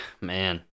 man